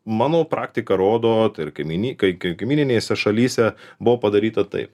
mano praktika rodo tai ir kaiminykai kai kaimyninėse šalyse buvo padaryta taip